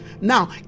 now